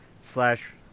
slash